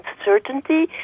uncertainty